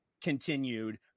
continued